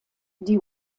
die